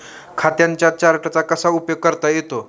खात्यांच्या चार्टचा कसा उपयोग करता येतो?